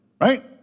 right